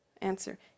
answer